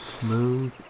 smooth